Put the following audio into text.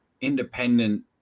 independent